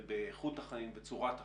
באיכות החיים ובצורת החיים.